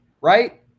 right